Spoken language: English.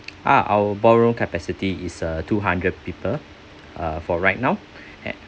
ah our ballroom capacity is uh two hundred people uh for right now